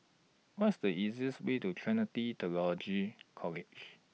What IS The easiest Way to Trinity Theological College